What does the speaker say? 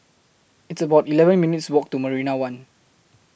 It's about eleven minutes' Walk to Marina one